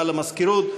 תודה למזכירות,